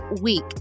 week